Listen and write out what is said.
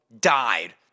died